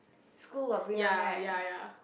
school got bring one right